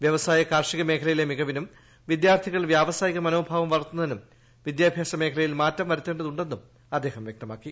വ്യവസായ കാർഷിക മേഖലയിലെ മിക വിനും വിദ്യാർത്ഥികളിൽ വ്യവസായിക മനോഭാവം വളർത്തുന്നതിന് വിദ്യാ ഭ്യാസ മേഖലയിൽ മാറ്റം വരുത്തേണ്ടതുണ്ടെന്നും അദ്ദേഹം വ്യക്തമാക്കി